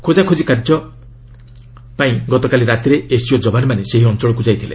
ଖୋଜାଖୋଜି କାର୍ଯ୍ୟ ପାଇଁ ଗତକାଲି ରାତିରେ ଏସ୍ଓକି ଯବାନମାନେ ସେହି ଅଞ୍ଚଳକୁ ଯାଇଥିଲେ